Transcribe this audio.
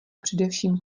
především